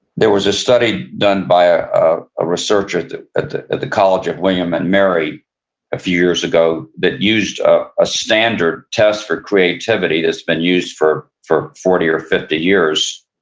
there was a study done by a a a researcher at the at the college of william and mary a few years ago that used a a standard test for creativity that's been used for for forty or fifty years,